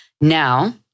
Now